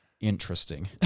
interesting